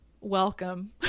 Welcome